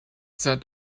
said